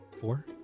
Four